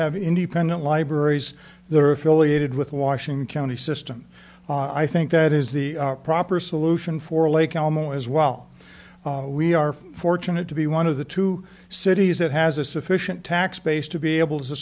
have independent libraries they're affiliated with washington county system i think that is the proper solution for lake alamo as well we are fortunate to be one of the two cities that has a sufficient tax base to be able to